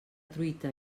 truita